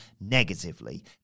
negatively